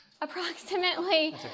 approximately